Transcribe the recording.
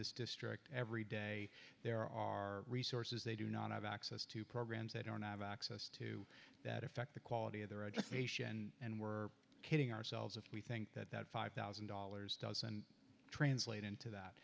this district every day there are resources they do not have access to programs they don't have access to that affect the quality of their education and we're kidding ourselves if we think that that five thousand dollars doesn't translate into